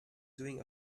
doing